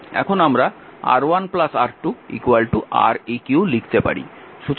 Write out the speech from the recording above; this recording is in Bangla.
এখন আমরা R1 R2 Req লিখতে পারি